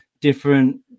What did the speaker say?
different